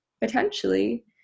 potentially